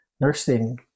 nursing